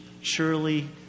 Surely